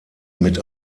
mit